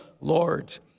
Lord